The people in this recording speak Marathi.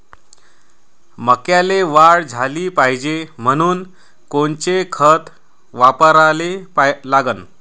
मक्याले वाढ झाली पाहिजे म्हनून कोनचे खतं वापराले लागन?